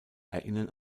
erinnern